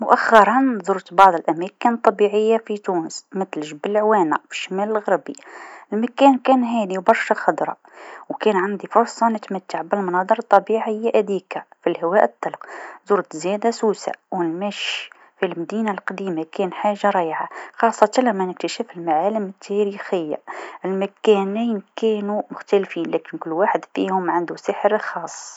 مؤخرا زرت بعض الأماكن الطبيعه في تونس مثل جبل العوانا في شمال الغربي، المكان كان هادي و برشا خضرا و كان عندي فرصه نتمتع بالمناظر الطبيعه هاذيك في الهواء الطلق، زرت زادا سوسه و الماش في المدينه القديمه كانت حاجه رايعه خاصة لما نكتشف المعالم التاريخيه، المكانين كانو مختلفين لكن كل واحد فيهم عندو سحر خاص.